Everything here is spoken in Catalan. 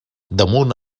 damunt